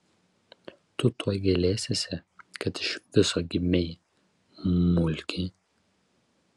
tu tuoj gailėsiesi kad iš viso gimei mulki